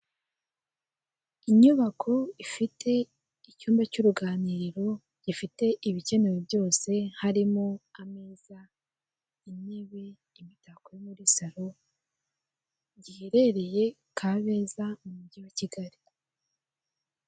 Inyubako ifite icyumba cy'uruganiriro gifite ibikenewe byose, harimo ameza, intebe, imitako yo muri salo. Giherereye Kabeza mu mugi wa Kigali.